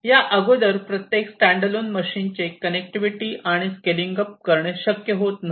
या अगोदर प्रत्येक स्टँड अलोन मशीनचे कनेक्टिविटी आणि स्केलिंग अप् करणे शक्य होत नव्हते